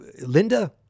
Linda